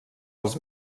els